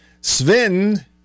Sven